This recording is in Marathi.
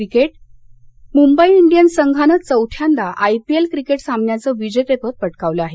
क्रिकेट मुंबई इंडियन्स संघाने चौथ्यांदा आय पी एल क्रिकेट सामन्याचं विजेतेपद पटकावलं आहे